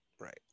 Right